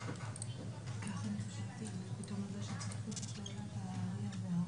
לגבי הסיפור הזה של שימוש בדוגמאות